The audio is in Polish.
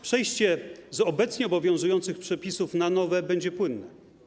Przejście z obecnie obowiązujących przepisów na nowe będzie płynne.